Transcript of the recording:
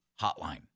Hotline